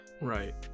Right